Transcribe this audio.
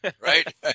Right